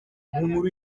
nkuru